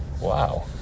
wow